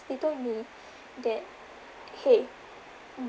they told me that !hey! mm